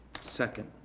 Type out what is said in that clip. Second